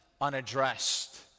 unaddressed